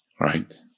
right